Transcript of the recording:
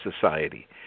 society